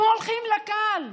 הם הולכים לקל.